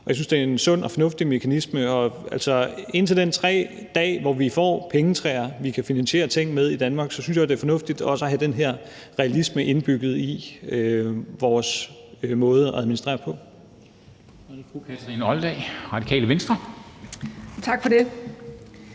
og jeg synes, det er en sund og fornuftig mekanisme. Og indtil den dag, hvor vi får pengetræer, vi kan finansiere ting med, i Danmark, synes jeg, det er fornuftigt også at have den her realisme indbygget i vores måde at administrere på.